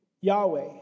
Yahweh